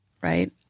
right